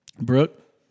Brooke